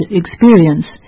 experience